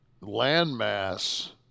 landmass